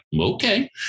okay